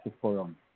forum